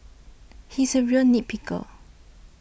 he is a real nit picker